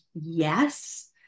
yes